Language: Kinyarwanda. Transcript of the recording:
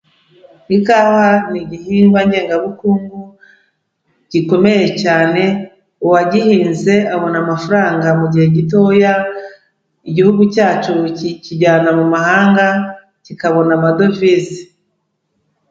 Ikawa ni igihingwa ngengabukungu gikomeye cyane, uwagihinze abona amafaranga mu gihe gitoya, igihugu cyacu kikijyana mu mahanga kikabona amadovize.